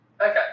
Okay